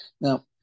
Now